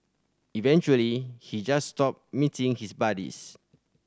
eventually he just stopped meeting his buddies